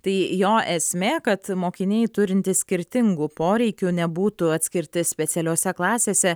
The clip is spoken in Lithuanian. tai jo esmė kad mokiniai turintys skirtingų poreikių nebūtų atskirti specialiose klasėse